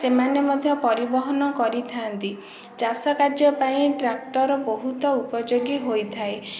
ସେମାନେ ମଧ୍ୟ ପରିବହନ କରିଥାନ୍ତି ଚାଷ କାର୍ଯ୍ୟ ପାଇଁ ଟ୍ରାକ୍ଟର ବହୁତ ଉପଯୋଗୀ ହୋଇଥାଏ